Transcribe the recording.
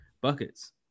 buckets